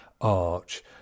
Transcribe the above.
arch